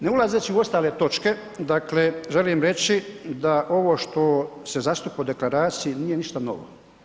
Ne ulazeći u ostale točke, želim reći da ovo što se zastupa u deklaraciji, nije ništa novo.